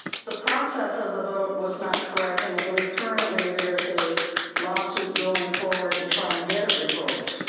the process of the vote was not correct. and i believe currently there's a lawsuit going forward to try and get it revoked.